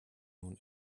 nun